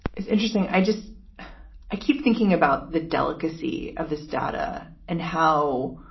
it's interesting. i just i keep thinking about the delicacy of this data and how